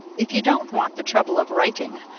if you don't want the trouble of writing,